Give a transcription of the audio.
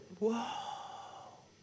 Whoa